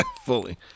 Fully